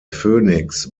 phoenix